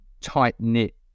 tight-knit